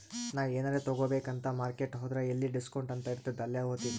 ನಾ ಎನಾರೇ ತಗೋಬೇಕ್ ಅಂತ್ ಮಾರ್ಕೆಟ್ ಹೋದ್ರ ಎಲ್ಲಿ ಡಿಸ್ಕೌಂಟ್ ಅಂತ್ ಇರ್ತುದ್ ಅಲ್ಲೇ ಹೋತಿನಿ